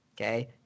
Okay